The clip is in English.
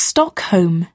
Stockholm